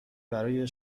برای